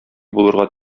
булырга